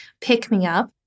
pick-me-up